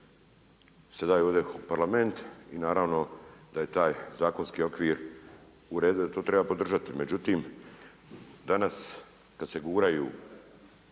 se daju ovdje u Parlament i naravno da je taj zakonski okvir u redu, da to treba podržati. Međutim, danas kada se guraju,